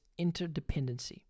interdependency